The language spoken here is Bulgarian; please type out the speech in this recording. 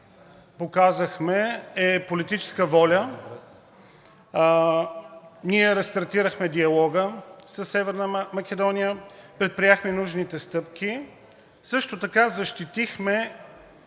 показахме, е политическа воля. Ние рестартирахме диалога със Северна Македония, предприехме нужните стъпки, също така защитихме